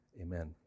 Amen